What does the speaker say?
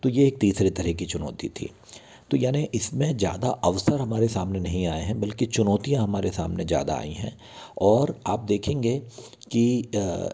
तो ये एक तीसरे तरह की चुनौती थी तो यानी इस में ज़्यादा अवसर हमारे सामने नहीं आए हैं बल्कि चुनौतियाँ हमारे सामने ज़्यादा आईं हैं और आप देखेंगे कि